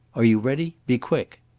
are you ready? be quick!